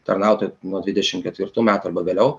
tarnautojų nuo dvidešim ketvirtų metų arba vėliau